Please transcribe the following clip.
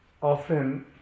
often